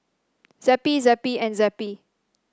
Zappy Zappy and Zappy